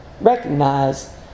recognize